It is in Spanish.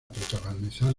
protagonizar